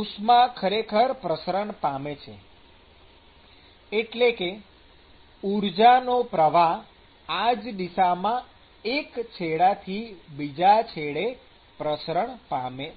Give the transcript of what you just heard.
ઉષ્મા ખરેખર પ્રસરણ પામે છે એટલે કે ઊર્જાનો પ્રવાહ આ જ દિશામાં એક છેડાથી બીજા છેડે પ્રસરણ પામે છે